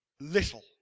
little